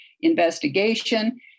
investigation